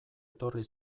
etorri